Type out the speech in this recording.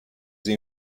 sie